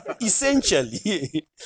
essentially